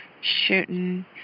shooting